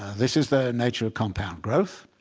this is the nature of compound growth.